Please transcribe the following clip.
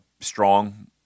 strong